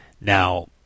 Now